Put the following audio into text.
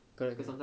correct correct